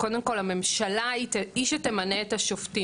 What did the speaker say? קודם כל הממשלה היא שתמנה את השופטים,